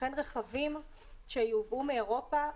ולכן רכבים שיובאו מאירופה,